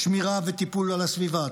שמירה וטיפול בסביבה,